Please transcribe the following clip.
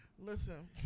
Listen